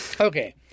Okay